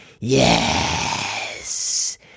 YES